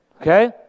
Okay